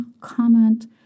comment